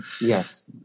Yes